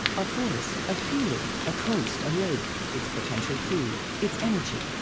a forest, a field, a coast, a lake, it's potential food, it's energy.